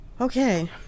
okay